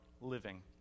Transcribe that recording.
living